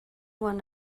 one